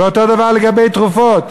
ואותו דבר לגבי תרופות.